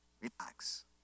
relax